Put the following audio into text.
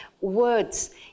words